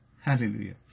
Hallelujah